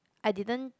I didn't